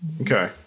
Okay